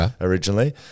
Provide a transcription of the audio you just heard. originally